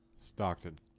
Stockton